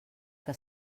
que